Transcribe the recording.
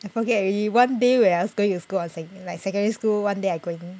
I forget already one day when I was going to school was like secondary school one day I going